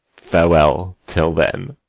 farewell till then.